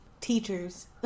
Teachers